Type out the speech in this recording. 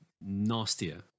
nastier